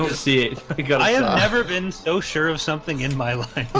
good i have never been so sure of something in my life